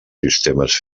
sistemes